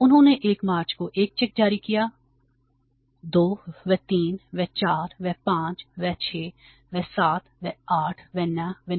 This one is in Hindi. उन्होंने 1 मार्च को 1 चेक जारी किया 2 वें 3 वें 4 वें 5 वें 6 वें 7 वें 8 वें 9 वें